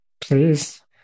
Please